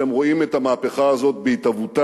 אתם רואים את המהפכה הזאת בהתהוותה,